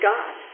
God